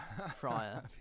prior